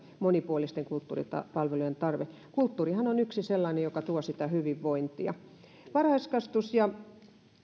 monipuolisten kulttuuripalvelujen tarve kulttuurihan on yksi sellainen joka tuo sitä hyvinvointia varhaiskasvatus ja